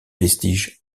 vestiges